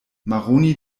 maroni